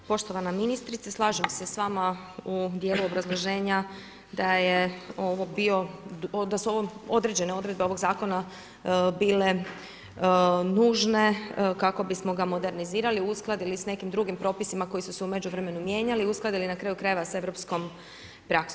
Poštovana ministrice, slažem se s vama u dijelu obrazloženja, da je ovo bio, da su ovo određene odredbe ovog zakona, bile nužne kako bismo ga modernizirali, uskladili s nekim drugim propisima, koji su se u međuvremenu mijenjali, uskladili na kraju krajeva sa europskom praksom.